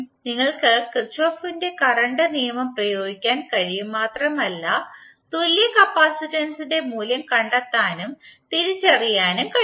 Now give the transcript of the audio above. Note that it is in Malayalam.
നിങ്ങൾക്ക് കിർചോഫ് കറന്റ് നിയമം പ്രയോഗിക്കാൻ കഴിയും മാത്രമല്ല തുല്യ കപ്പാസിറ്റൻസിന്റെ മൂല്യം കണ്ടെത്താനും തിരിച്ചറിയാൻ കഴിയും